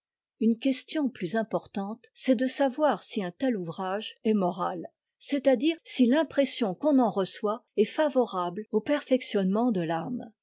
une question plus importante c'est de savoir si un tel ouvrage est moral c'est-à-dire si l'impression qu'on en reçoit est favorable au perfectionnement de t'ame